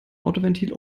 autoventil